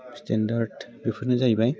standard बेफोरनो जाहैबाय